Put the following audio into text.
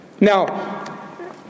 Now